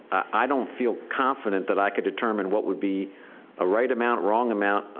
i don't feel confident that i could determine what would be a right amount, wrong amount.